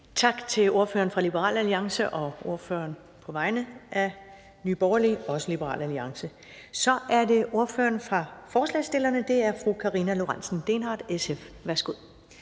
Tak til ordføreren fra Liberal Alliance, som så også var ordfører på vegne af Nye Borgerlige. Så er det ordføreren for forslagsstillerne, og det er fru Karina Lorentzen Dehnhardt, SF. Værsgo.